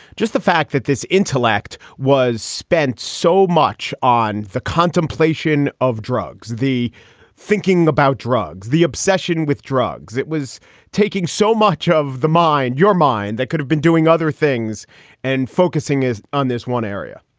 just the fact that this intellect was spent so much on the contemplation of drugs, the thinking about drugs, the obsession with drugs. it was taking so much of the mind, your mind that could have been doing other things and focusing is on this one area